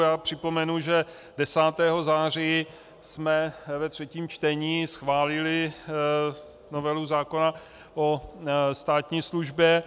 Já připomenu, že 10. září jsme ve třetím čtení schválili novelu zákona o státní službě.